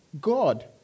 God